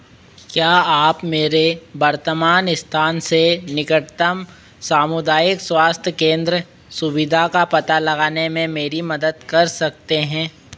क्या आप मेरे वर्तमान स्थान से निकटतम सामुदायिक स्वास्थ्य केंद्र सुविधा का पता लगाने में मेरी मदद कर सकते हैं